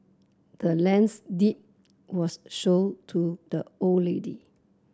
the land's deed was show to the old lady